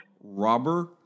robber